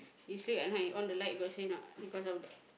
you sleep at night you on the light got say not because of the